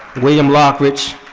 william lockridge,